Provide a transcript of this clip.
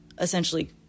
essentially